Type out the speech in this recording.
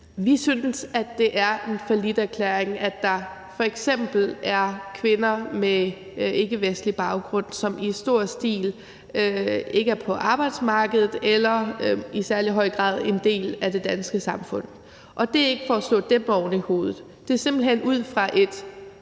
Vi synes, at det er en falliterklæring, at der f.eks. er kvinder med ikkevestlig baggrund, som i stor stil ikke er på arbejdsmarkedet eller i særlig høj grad en del af det danske samfund. Det er ikke for at slå dem oven i hovedet; det er simpelt hen ud fra et